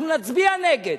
אנחנו נצביע נגד,